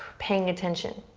paying attention